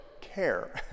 care